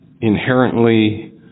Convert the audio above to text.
inherently